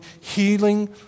healing